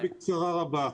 בקצרה רבה.